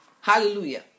Hallelujah